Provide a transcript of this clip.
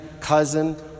cousin